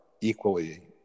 equally